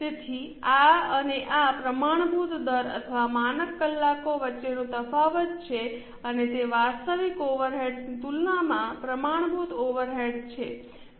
તેથી આ અને આ પ્રમાણભૂત દર અથવા માનક કલાકો વચ્ચેનો તફાવત છે અને તે વાસ્તવિક ઓવરહેડ્સની તુલનામાં પ્રમાણભૂત ઓવરહેડ્સ છે